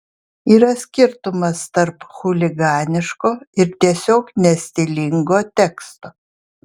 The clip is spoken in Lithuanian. yra skirtumas tarp chuliganiško ir tiesiog nestilingo teksto